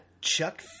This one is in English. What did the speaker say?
Chuck